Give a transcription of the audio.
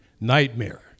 nightmare